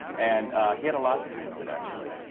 and he had a lot to do with it, actually.